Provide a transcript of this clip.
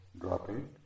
dropping